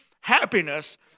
happiness